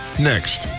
next